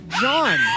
John